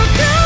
go